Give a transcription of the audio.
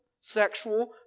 sexual